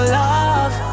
love